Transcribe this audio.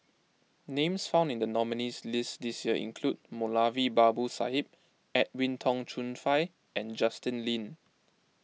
names found in the nominees list this year include Moulavi Babu Sahib Edwin Tong Chun Fai and Justin Lean